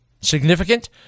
Significant